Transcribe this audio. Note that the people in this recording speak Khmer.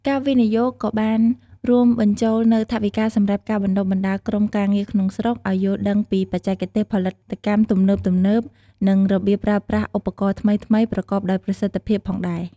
ការវិនិយោគក៏បានរួមបញ្ចូលនូវថវិកាសម្រាប់ការបណ្តុះបណ្តាលក្រុមការងារក្នុងស្រុក ឱ្យយល់ដឹងពីបច្ចេកទេសផលិតកម្មទំនើបៗ និងរបៀបប្រើប្រាស់ឧបករណ៍ថ្មីៗប្រកបដោយប្រសិទ្ធភាពផងដែរ។